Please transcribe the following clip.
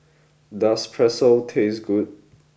does Pretzel taste good